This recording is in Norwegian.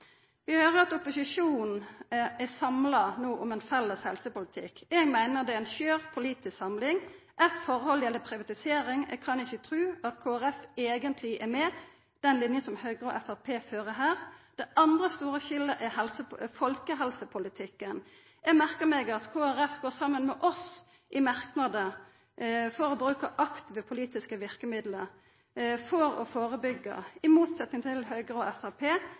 har høyrt at opposisjonen no er samla om ein felles helsepolitikk. Eg meiner det er ei skjør politisk samling. Eit forhold gjeld privatisering: Eg kan ikkje tru at Kristeleg Folkeparti eigentleg er med på den linja som Høgre og Framstegspartiet fører her. Det andre store skillet går på folkehelsepolitikken. Eg merka meg at Kristeleg Folkeparti går saman med oss i merknader om å bruka aktive politiske verkemiddel for å førebygga. I motsetnad til Høgre og